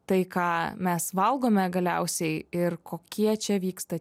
tai ką mes valgome galiausiai ir kokie čia vyksta